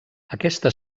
aquesta